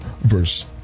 verse